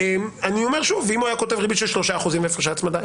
אני אומר שוב שאם הוא היה כותב ריבית של שלושה אחוזים איפה שההצמדה,